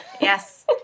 Yes